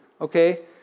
okay